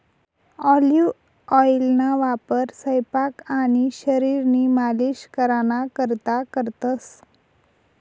olive ऑइलना वापर सयपाक आणि शरीरनी मालिश कराना करता करतंस